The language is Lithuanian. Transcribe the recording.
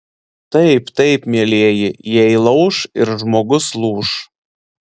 taip taip mielieji jei lauš ir žmogus lūš